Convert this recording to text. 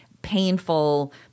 painful